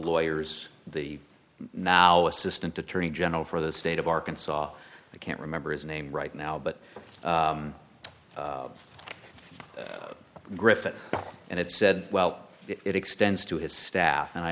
lawyers the now assistant attorney general for the state of arkansas i can't remember his name right now but griffith and it said well it extends to his staff and i